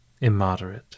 immoderate